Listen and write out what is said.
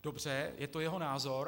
Dobře, je to jeho názor.